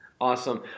Awesome